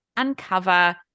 uncover